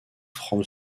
from